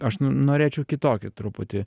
aš norėčiau kitokį truputį